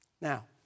Now